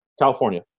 California